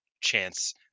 chance